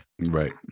Right